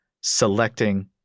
selecting